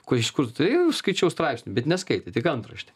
kur iš kur tai skaičiau straipsnį bet neskaitė tik antraštę